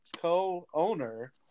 co-owner